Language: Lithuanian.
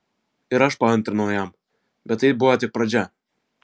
ir aš paantrinau jam bet tai buvo tik pradžia